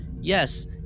Yes